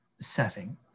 setting